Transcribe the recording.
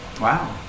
Wow